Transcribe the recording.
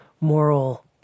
moral